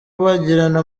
bagirana